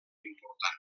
important